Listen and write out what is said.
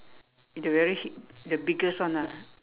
the very hu~ the biggest one ah